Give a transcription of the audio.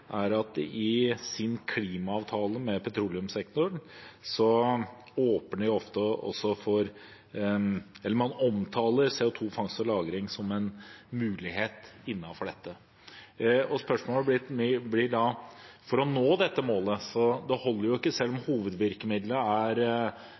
at de i sin klimaavtale med petroleumssektoren omtaler CO 2 -fangst og lagring som en mulighet innenfor dette. Spørsmålet mitt blir da: Selv om